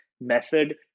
method